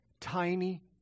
tiny